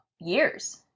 years